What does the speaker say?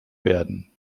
werden